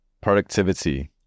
Productivity